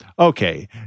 Okay